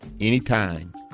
anytime